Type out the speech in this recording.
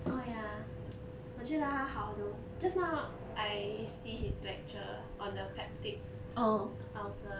oh ya 我觉得他好的 just now I see his lecture on the peptic ulcer ah